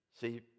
See